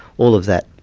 all of that,